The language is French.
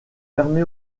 fermé